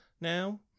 now